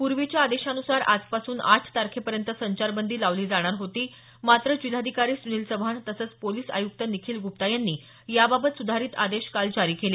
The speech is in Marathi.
पूर्वीच्या आदेशानुसार आजपासून आठ तारखेपर्यंत संचारबंदी लावली जाणार होती मात्र जिल्हाधिकारी सूनील चव्हाण तसंच पोलिस आयुक्त निखील गुप्ता यांनी याबाबत सुधारित आदेश काल जारी केले